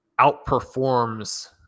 outperforms